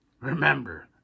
Remember